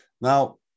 Now